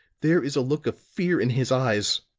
there is a look of fear in his eyes.